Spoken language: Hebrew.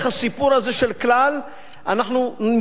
אנחנו מקבלים הזדמנות להציף